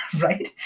right